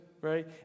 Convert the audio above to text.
right